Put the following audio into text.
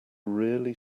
really